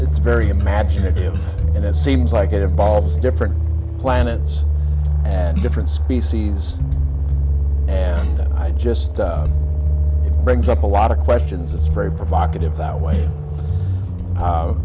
it's very imaginative and it seems like it involves different planet and different species i just brings up a lot of questions it's very provocative that way